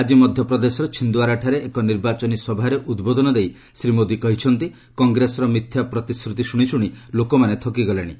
ଆକ୍ଟି ମଧ୍ୟପ୍ରଦେଶର ଛିନ୍ଦ୍ୱାରାଠାରେ ଏକ ନିର୍ବାଚନୀ ସଭାରେ ଉଦ୍ବୋଧନ ଦେଇ ଶ୍ରୀ ମୋଦି କହିଚନ୍ତି କଂଗ୍ରେସର ମିଥ୍ୟା ପ୍ରତିଶ୍ରତି ଶୁଣି ଶୁଣି ଲୋକମାନେ ଥକି ଗଲେଣି